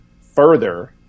further